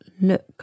look